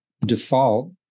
default